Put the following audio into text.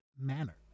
manner